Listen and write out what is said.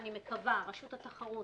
אני מקווה רשות התחרות